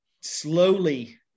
slowly